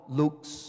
looks